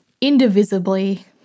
indivisibly